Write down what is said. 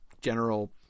general